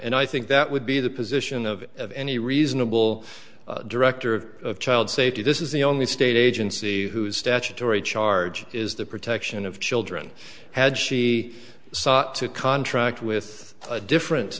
and i think that would be the position of of any reasonable director of child safety this is the only state agency whose statutory charge is the protection of children had she sought to contract with a different